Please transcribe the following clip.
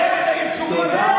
לך.